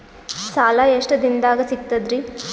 ಸಾಲಾ ಎಷ್ಟ ದಿಂನದಾಗ ಸಿಗ್ತದ್ರಿ?